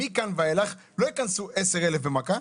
מכאן ואילך לא ייכנסו 10 אלף במכה,